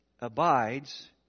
abides